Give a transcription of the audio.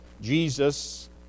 Jesus